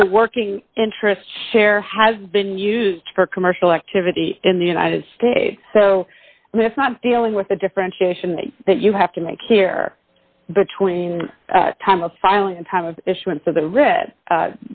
the working interest share has been used for commercial activity in the united states so it's not dealing with the differentiation that you have to make here between time a filing in time of issuance of the